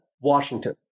Washington